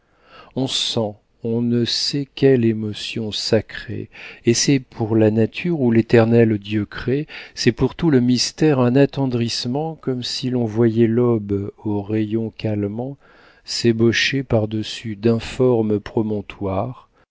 on sent on ne sait quelle émotion sacrée et c'est pour la nature où l'éternel dieu crée c'est pour tout le mystère un attendrissement comme si l'on voyait l'aube au rayon calmant s'ébaucher par-dessus d'informes promontoires